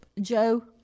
Joe